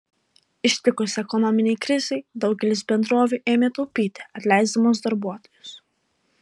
ištikus ekonominei krizei daugelis bendrovių ėmė taupyti atleisdamos darbuotojus